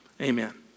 Amen